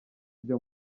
ryo